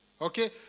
Okay